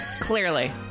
Clearly